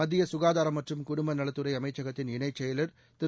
மத்திய கசுகாதாரம் மற்றும் குடும்பநலத்துறை அமைச்சகத்தின் இணைச் செயலா் திரு